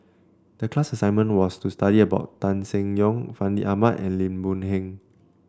the class assignment was to study about Tan Seng Yong Fandi Ahmad and Lim Boon Heng